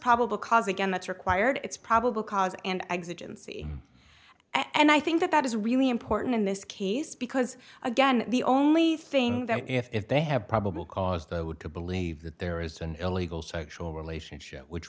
probable cause again that's required it's probable cause and i see and i think that that is really important in this case because again the only thing that if they have probable cause that would to believe that there is an illegal sexual relationship which